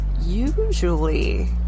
usually